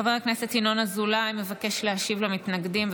חבר הכנסת ינון אזולאי מבקש להשיב למתנגדים,